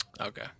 Okay